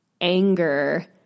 anger